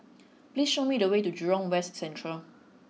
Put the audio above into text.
please show me the way to Jurong West Central